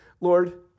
Lord